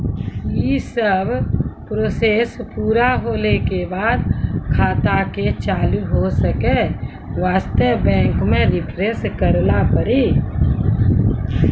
यी सब प्रोसेस पुरा होला के बाद खाता के चालू हो के वास्ते बैंक मे रिफ्रेश करैला पड़ी?